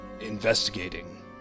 investigating